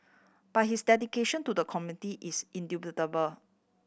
but his dedication to the community is indubitable